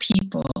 people